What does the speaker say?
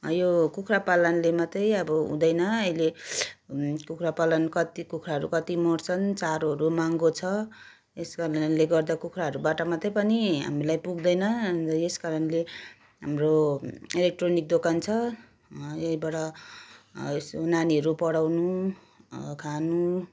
यो कुखुरा पालनले मात्रै अब हुँदैन अहिले कुखुरा पालन कति कुखुराहरू कति मर्छन् चारोहरू महँगो छ यस कारणले गर्दा कुखुराहरूबाट मात्रैबाट पनि हामीलाई पुग्दैन यस कारणले हाम्रो इलेक्ट्रोनिक दोकान छ यहीँबटा यसो नानीहरू पढाउनु खानु